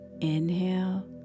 inhale